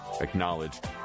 acknowledged